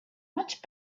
much